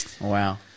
Wow